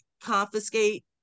confiscate